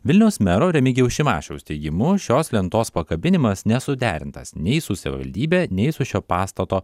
vilniaus mero remigijaus šimašiaus teigimu šios lentos pakabinimas nesuderintas nei su savivaldybe nei su šio pastato